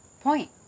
point